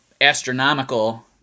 astronomical